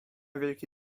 wielki